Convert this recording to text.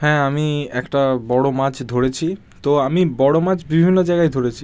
হ্যাঁ আমি একটা বড়ো মাছ ধরেছি তো আমি বড়ো মাছ বিভিন্ন জায়গায় ধরেছি